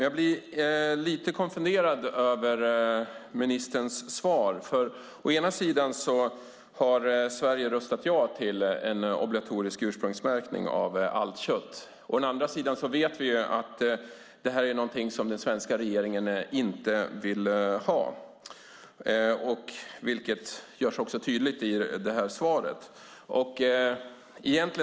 Jag blir lite konfunderad över ministerns svar, för å ena sidan har Sverige röstat ja till en obligatorisk ursprungsmärkning av allt kött, å andra sidan vet vi att det här är någonting som den svenska regeringen inte vill ha, vilket också görs tydligt i det här svaret.